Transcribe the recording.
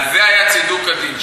על זה היה צידוק הדין,